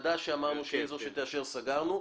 שאמרנו שהיא זאת שתאשר, סגרנו.